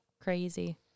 crazy